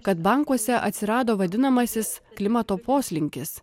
kad bankuose atsirado vadinamasis klimato poslinkis